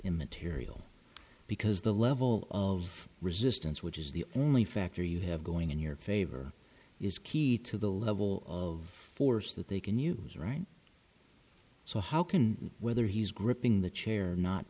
immaterial because the level of resistance which is the only factor you have going in your favor is key to the level of force that they can use right so how can whether he's gripping the chair or not